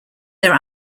there